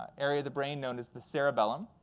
area of the brain known as the cerebellum.